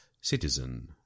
Citizen